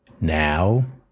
Now